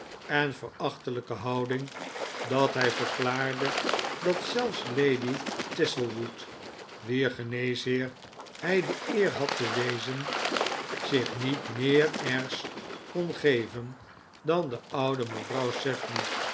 en verachtelijke houding dat hij verklaarde dat zelfs lady thistlewood wier geneesheer hij de eer had te wezen zich niet meer airs kon geven dan de oude mevrouw